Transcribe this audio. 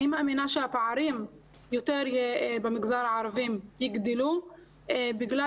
אני מאמינה שהפערים במגזר הערבי יגדלו בגלל